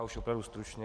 Já už opravdu stručně.